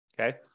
okay